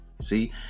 See